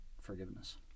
forgiveness